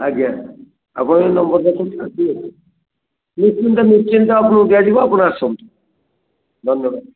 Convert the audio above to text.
ଆଜ୍ଞା ଆପଣ ଏହି ନମ୍ବର ଲେଖନ୍ତୁ ନିଶ୍ଚିନ୍ତ ନିଶ୍ଚିନ୍ତ ଆପଣଙ୍କୁ ଦିଆଯିବ ଆପଣ ଆସନ୍ତୁ ଧନ୍ୟବାଦ